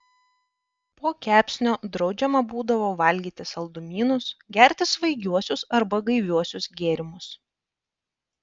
po kepsnio draudžiama būdavo valgyti saldumynus gerti svaigiuosius arba gaiviuosius gėrimus